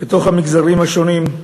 בתוך המגזרים השונים,